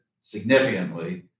significantly